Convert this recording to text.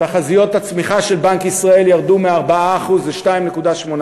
תחזיות הצמיחה של בנק ישראל ירדו מ-4% ל-2.8%,